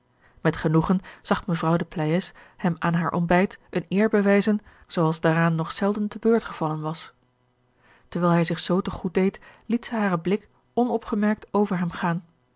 met genoegen zag george een ongeluksvogel mevrouw de pleyes hem aan haar ontbijt eene eer bewijzen zooals daaraan nog zelden te beurt gevallen was terwijl hij zich zoo te goed deed liet zij haren blik onopgemerkt over hem gaan